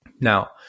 Now